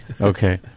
Okay